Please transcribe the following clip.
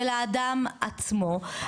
של האדם עצמו,